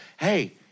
hey